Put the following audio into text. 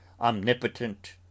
Omnipotent